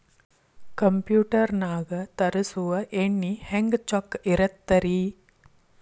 Computer ನಾಗ ತರುಸುವ ಎಣ್ಣಿ ಹೆಂಗ್ ಚೊಕ್ಕ ಇರತ್ತ ರಿ?